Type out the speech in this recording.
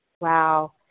wow